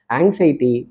anxiety